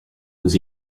was